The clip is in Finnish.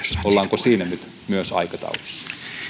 ollaanko siinä nyt myös aikataulussa